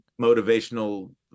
motivational